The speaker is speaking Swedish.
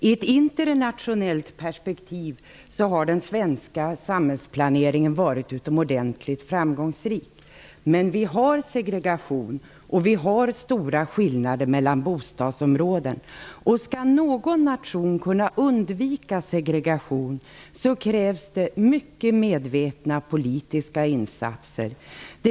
I ett internationellt perspektiv har den svenska samhällsplaneringen varit utomordentligt framgångsrik. Men det finns segregation och stora skillnader mellan bostadsområden. För att en nation skall kunna undvika segregation krävs mycket medvetna politiska insatser.